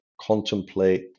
contemplate